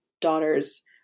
daughter's